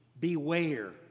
Beware